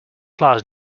class